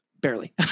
barely